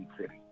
city